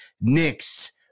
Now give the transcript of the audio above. Knicks